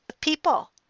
people